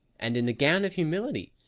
and in the gown of humility.